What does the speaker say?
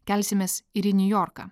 kelsimės ir į niujorką